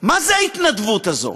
מהי ההתנדבות הזאת?